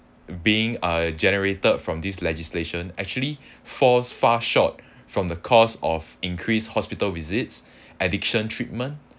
being uh generated from this legislation actually falls far short from the cost of increase hospital visits addiction treatment